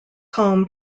home